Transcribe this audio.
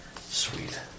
Sweet